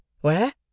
Where